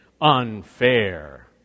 unfair